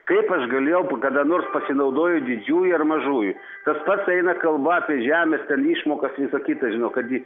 kaip aš galėjau p kada nors pasinaudoju didžiųjų ar mažųjų tas pats eina kalba apie žemės ten išmokas visa kita žinau kad ji